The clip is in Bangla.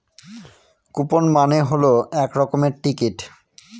কুপন মানে হল এক রকমের টিকিট